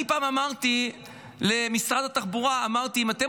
אני פעם אמרתי למשרד התחבורה: אם אתם